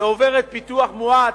שעוברת פיתוח מואץ,